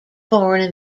foreign